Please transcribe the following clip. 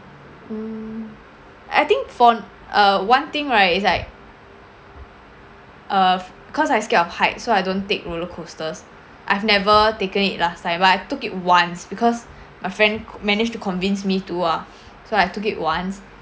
um I think for uh one thing right it's like uh cause I scared of height so I don't take roller coasters I've never taken it last time but I took it once because my friend managed to convince me do ah so I took it once